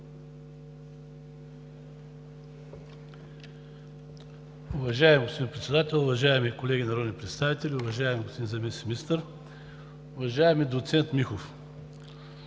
Уважаеми господин Председател, уважаеми колеги народни представители, уважаеми господин Заместник-министър! Уважаеми доцент Михов,